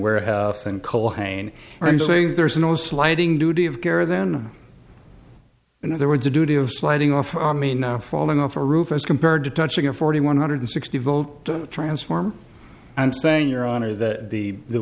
warehouse and cole hain there is no sliding duty of care then in other words a duty of sliding off on me now falling off a roof as compared to touching a forty one hundred sixty vote transform and saying your honor that the